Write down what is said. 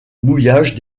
mouillage